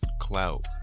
clout